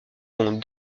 sont